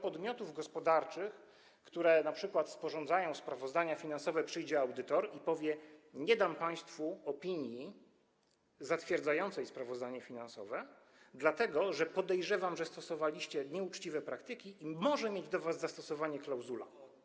Ale do podmiotów gospodarczych, które np. sporządzają sprawozdania finansowe, przyjdzie audytor i powie: nie dam państwu opinii zatwierdzającej sprawozdanie finansowe, dlatego że podejrzewam, że stosowaliście nieuczciwe praktyki i może mieć do was zastosowanie klauzula.